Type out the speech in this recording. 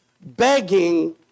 begging